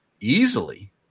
easily